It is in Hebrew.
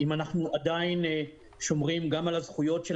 אם אנחנו עדיין שומרים גם על הזכויות של